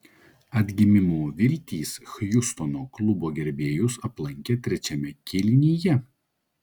atgimimo viltys hjustono klubo gerbėjus aplankė trečiame kėlinyje